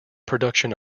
production